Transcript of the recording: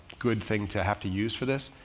good thing to have to use for this.